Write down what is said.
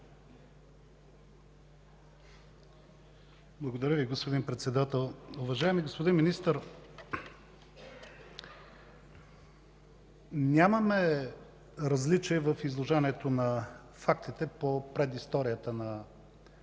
Благодаря Ви, господин Председател. Уважаеми господин Министър, нямаме различия в изложението на фактите по предисторията на този